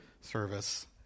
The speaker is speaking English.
service